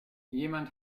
jemand